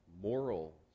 moral